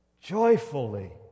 joyfully